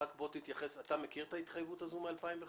אתה מכיר את ההתחייבות הזאת מ-2005?